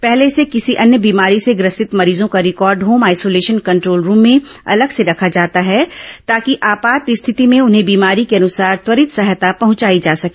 पहले से किसी अन्य बीमारी से ग्रसित मरीजों का record home isolation control room में अलग से रखा जाता है ताकि आपात स्थिति में उन्हें बीमारी के अनुसार त्वरित सहायता पहुंचाई जा सके